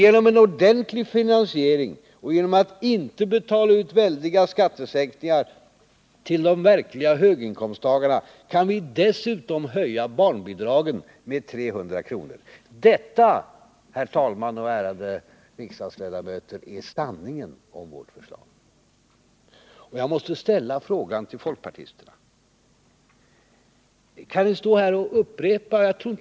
Genom en ordentlig finansiering och genom att inte betala ut väldiga skattesänkningar till de verkliga höginkomsttagarna kan vi dessutom höja barnbidragen med 300 kr. Detta, herr talman och ärade riksdagsledamöter, är sanningen om vårt förslag. Och jag måste ställa frågan till folkpartisterna: Kan ni här upprepa era osanna påståenden om vårt förslag?